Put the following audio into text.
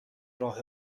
راه